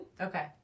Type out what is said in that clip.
Okay